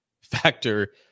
factor